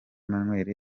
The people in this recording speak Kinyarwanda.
emmanuel